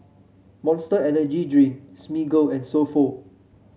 Monster Energy Drink Smiggle and So Pho